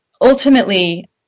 ultimately